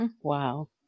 Wow